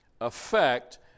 affect